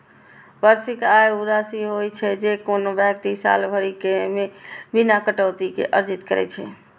वार्षिक आय ऊ राशि होइ छै, जे कोनो व्यक्ति साल भरि मे बिना कटौती के अर्जित करै छै